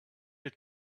had